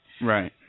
Right